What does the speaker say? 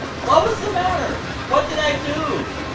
what was the matter? what did i do?